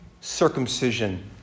circumcision